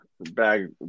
bag